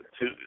two